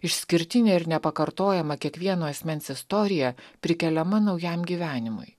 išskirtinė ir nepakartojama kiekvieno asmens istorija prikeliama naujam gyvenimui